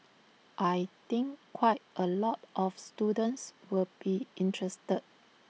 I think quite A lot of students will be interested